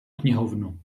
knihovnu